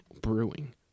Brewing